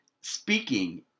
speaking